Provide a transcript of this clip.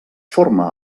forma